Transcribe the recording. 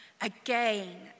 again